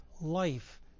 life